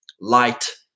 light